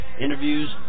interviews